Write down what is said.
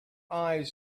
eyes